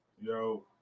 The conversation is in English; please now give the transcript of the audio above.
Yo